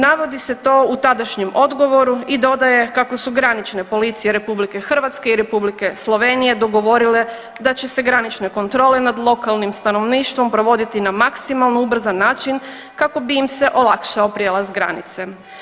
Navodi se to u tadašnjem odgovoru i dodaje kako su granične policije Republike Hrvatske i Republike Slovenije dogovorile da će se granične kontrole nad lokalnim stanovništvom provoditi na maksimalno ubrzan način kako bi im se olakšao prijelaz granice.